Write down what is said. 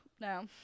No